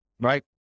right